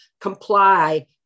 comply